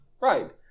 Right